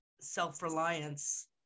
self-reliance